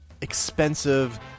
expensive